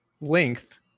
length